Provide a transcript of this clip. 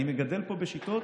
אני מגדל בשיטות